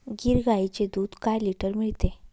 गीर गाईचे दूध काय लिटर मिळते?